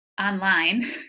online